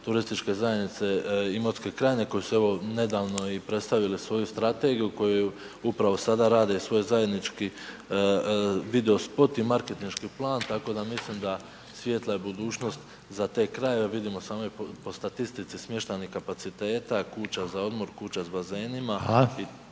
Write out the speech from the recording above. turističke zajednice Imotske krajine koji su evo i nedavno predstavili svoju strategiju koju upravo sada rade svoj zajednički video spot i marketinški plan tako da mislim da svijetla je budućnost za te krajeve. A vidimo samo po statistici smještajnih kapaciteta, kuća za odmor, kuća s bazenima itd.